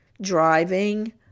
driving